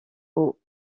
aux